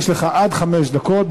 יש לך עד חמש דקות.